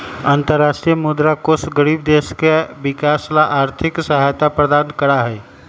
अन्तरराष्ट्रीय मुद्रा कोष गरीब देश के विकास ला आर्थिक सहायता प्रदान करा हई